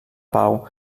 pau